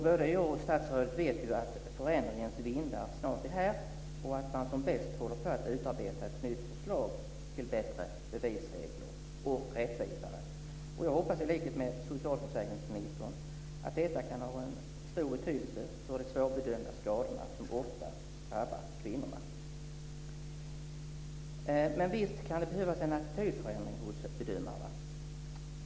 Både jag och statsrådet vet ju att förändringens vindar snart är här och att man som bäst håller på att utarbeta ett nytt förslag till bättre och rättvisare bevisregler. Jag hoppas i likhet med socialförsäkringsministern att detta kan ha stor betydelse för de svårbedömda skadorna, som ofta drabbar kvinnorna. Men visst kan det behövas en attitydförändring hos bedömarna.